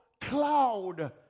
cloud